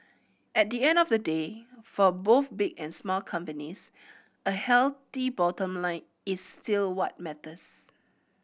at the end of the day for both big and small companies a healthy bottom line is still what matters